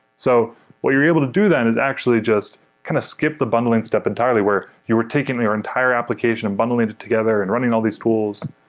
so what you're able to do then is actually just kind of skip the bundling step entirely where you were taking your entire application and bundling it together and running all these tools.